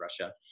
Russia